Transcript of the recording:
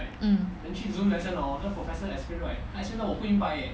mm